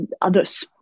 others